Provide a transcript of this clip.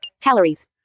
Calories